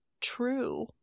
true